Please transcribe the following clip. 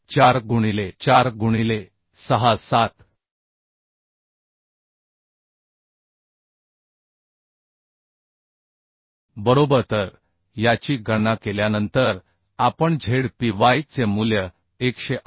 4 गुणिले 4 गुणिले 6 7 बरोबर तर याची गणना केल्यानंतर आपण z p y चे मूल्य 108